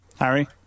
Harry